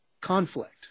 conflict